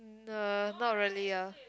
uh not really ah